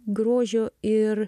grožio ir